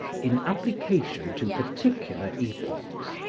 in application to particular epochs,